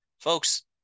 Folks